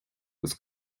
agus